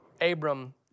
Abram